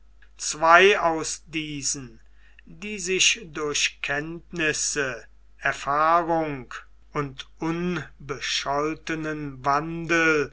zwei aus diesen die sich durch kenntnisse erfahrung und unbescholtenen wandel